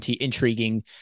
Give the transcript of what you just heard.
intriguing